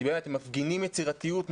הם מפגינים יצירתיות,